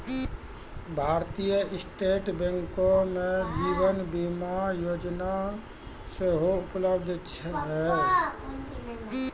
भारतीय स्टेट बैंको मे जीवन बीमा योजना सेहो उपलब्ध छै